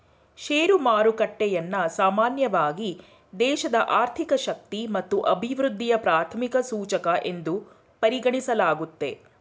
share ಮಾರುಕಟ್ಟೆಯನ್ನ ಸಾಮಾನ್ಯವಾಗಿ ದೇಶದ ಆರ್ಥಿಕ ಶಕ್ತಿ ಮತ್ತು ಅಭಿವೃದ್ಧಿಯ ಪ್ರಾಥಮಿಕ ಸೂಚಕ ಎಂದು ಪರಿಗಣಿಸಲಾಗುತ್ತೆ